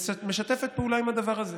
משתפת פעולה עם הדבר הזה.